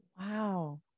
Wow